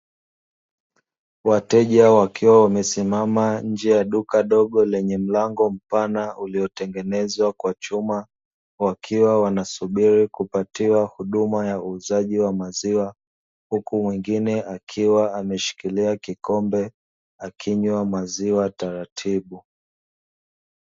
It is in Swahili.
Wateja wakiwa wamesimama nje ya duka dogo lenye mlango mpana uliotengenezwa kwa chuma, wakiwa wanasubiri kupatiwa huduma ya uuzaji wa maziwa, huku mwingine akiwa ameshikilia kikombe akinywa maziwa taratibu.